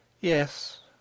Yes